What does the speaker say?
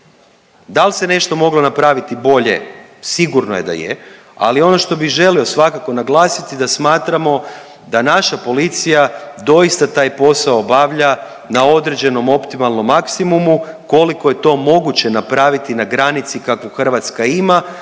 Da li se nešto moglo napraviti bolje, sigurno je da je ali ono što bi želio svakako naglasiti da smatramo da naša policija doista taj posao obavlja na određenom optimalnom maksimumu, koliko je to moguće napraviti na granici kakvu Hrvatska ima